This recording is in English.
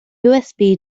usb